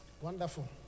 Wonderful